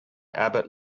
abbott